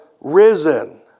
risen